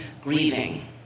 grieving